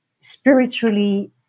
spiritually